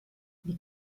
wie